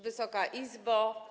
Wysoka Izbo!